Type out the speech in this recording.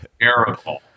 terrible